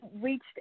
reached